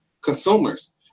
consumers